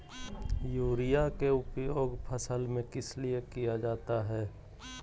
Urea के उपयोग फसल में किस लिए किया जाता है?